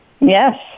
Yes